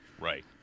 Right